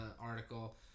article